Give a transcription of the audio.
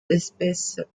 espèces